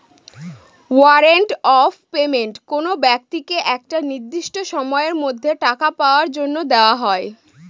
warrant of payment কোনো ব্যক্তিকে একটা নির্দিষ্ট সময়ের মধ্যে টাকা পাওয়ার জন্য দেওয়া হয়